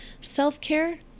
self-care